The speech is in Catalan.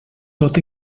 tot